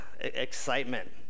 excitement